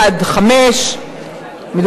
כי האופוזיציה,